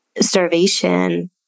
starvation